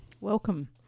Welcome